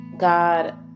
God